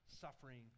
suffering